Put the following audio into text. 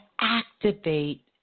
activate